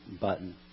button